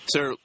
Sir